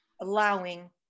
allowing